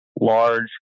large